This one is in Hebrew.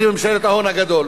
היא ממשלת ההון הגדול.